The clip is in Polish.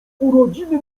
urodziny